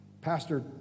Pastor